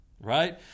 Right